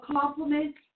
compliments